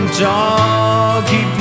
Doggy